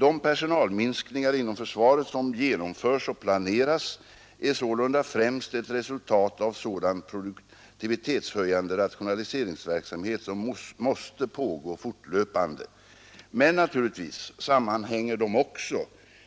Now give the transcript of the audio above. De personalminskningar inom försvaret som genomförs och planeras är sålunda främst ett resultat av sådan produktivitetshöjande rationaliseringsverksamhet som måste pågå fortlöpande. Men naturligtvis sammanhänger de också